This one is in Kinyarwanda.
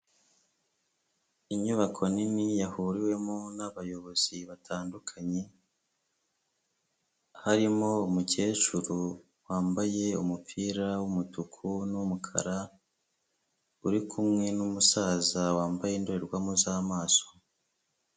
Inyubako nini yahuriwemo n'abayobozi batandukanye harimo umukecuru wambaye umupira w'umutuku n'umukara uri kumwe n'umusaza wambaye indorerwamo z'amaso.